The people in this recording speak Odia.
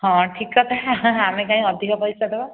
ହଁ ଠିକ୍ କଥା ଆମେ କାଇଁ ଅଧିକ ପଇସା ଦେବା